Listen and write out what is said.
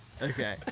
Okay